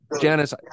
Janice